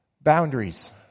Boundaries